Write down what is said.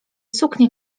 suknię